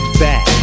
back